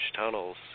tunnels